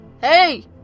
Hey